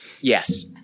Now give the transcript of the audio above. Yes